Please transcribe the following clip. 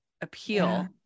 appeal